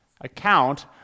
account